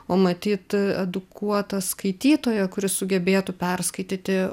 o matyt edukuotą skaitytoją kuris sugebėtų perskaityti